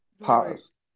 pause